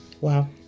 Wow